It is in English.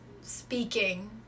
speaking